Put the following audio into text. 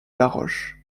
laroche